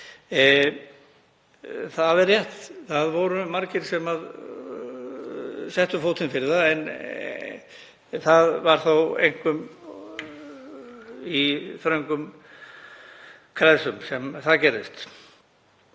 Það er rétt. Það voru margir sem settu fótinn fyrir það. En það var þó einkum í þröngum kreðsum sem það gerðist.